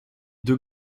deux